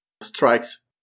strikes